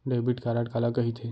Debit card काला कहिथे?